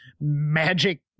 magic